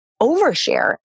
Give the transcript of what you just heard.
overshare